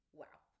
wow